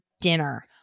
dinner